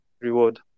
reward